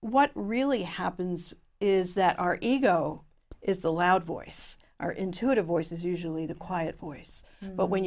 what really happens is that our ego is the loud voice our intuitive voice is usually the quiet voice but when you